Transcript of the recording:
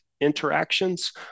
interactions